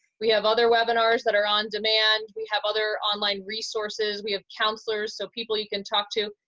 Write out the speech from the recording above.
we have other webinars that are on demand. we have other online resources. we have counselors, so people you can talk to,